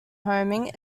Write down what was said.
homing